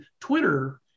Twitter